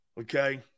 okay